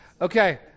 Okay